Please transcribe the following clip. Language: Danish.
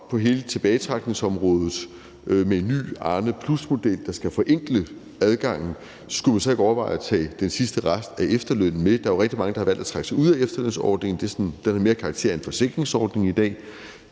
på hele tilbagetrækningsområdet med en ny Arne plus-model, der skal forenkle adgangen, så skulle man overveje at tage den sidste rest af efterlønnen med. Der er jo rigtig mange, der har valgt at trække sig ud af efterlønsordningen; den har mere karakter af en forsikringsordning i dag.